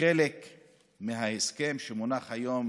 כחלק מההסכם שמונח היום